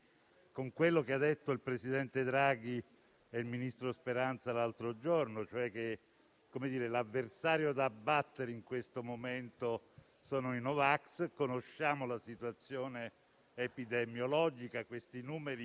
a quello che hanno detto il presidente Draghi e il ministro Speranza l'altro giorno, l'avversario da battere in questo momento sono i no vax. Conosciamo la situazione epidemiologica e i numeri